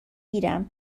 گیرم